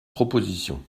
proposition